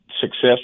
success